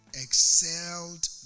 excelled